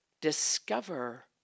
Discover